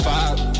Five